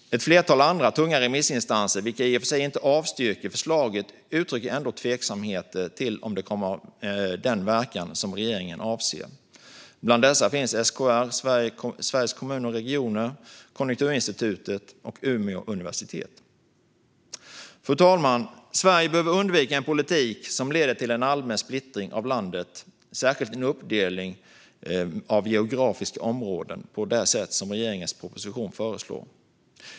Ett flertal andra tunga remissinstanser avstyrker i och för sig inte förslaget men uttrycker ändå tveksamheter huruvida det kommer att få den verkan som regeringen avser. Bland dessa finns SKR, Sveriges Kommuner och Regioner, Konjunkturinstitutet och Umeå universitet. Fru talman! Sverige behöver undvika en politik som leder till allmän splittring av landet, särskilt en uppdelning av geografiska områden på det sätt som föreslås i regeringens proposition.